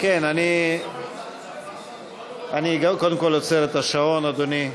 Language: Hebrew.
אני קודם כול עוצר את השעון, אדוני.